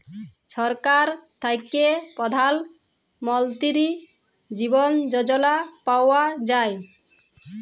ছরকার থ্যাইকে পধাল মলতিরি জীবল যজলা পাউয়া যায়